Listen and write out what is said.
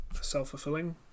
self-fulfilling